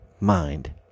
mind